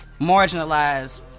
marginalized